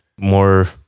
more